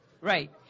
Right